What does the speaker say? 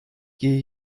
gehe